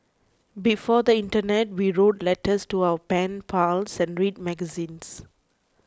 before the internet we wrote letters to our pen pals and read magazines